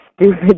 stupid